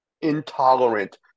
intolerant